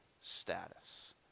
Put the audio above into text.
status